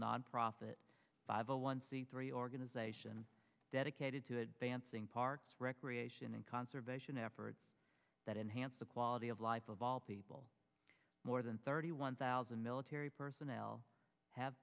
nonprofit five hundred one c three organization dedicated to advancing parks recreation and conservation efforts that enhance the quality of life of all people more than thirty one thousand military personnel have